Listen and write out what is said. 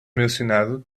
mencionado